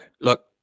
Look